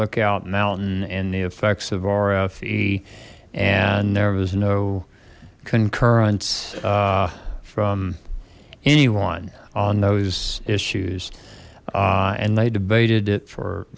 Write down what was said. lookout mountain and the effects of our fe and there was no concurrence from anyone on those issues and they debated it for